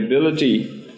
ability